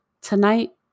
Tonight